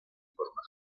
forma